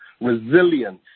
resilience